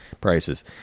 prices